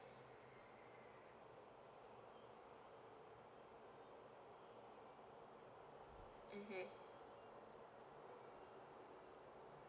mmhmm